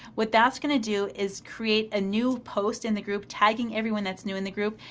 what that's going to do is create a new post in the group, tagging everyone that's new in the group.